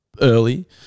early